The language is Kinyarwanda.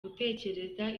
gutekereza